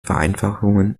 vereinfachungen